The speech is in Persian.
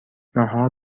ناهار